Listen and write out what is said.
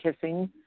kissing